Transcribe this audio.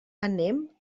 anem